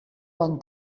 bon